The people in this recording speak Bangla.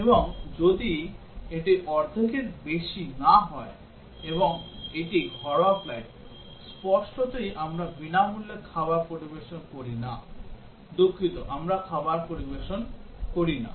এবং যদি এটি অর্ধেকের বেশি না হয় এবং এটি ঘরোয়া ফ্লাইট স্পষ্টতই আমরা বিনামূল্যে খাবার পরিবেশন করি না দুঃখিত আমরা খাবার পরিবেশন করি না